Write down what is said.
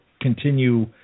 continue